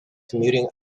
commuting